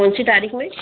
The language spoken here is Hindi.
कौन सी तारीख में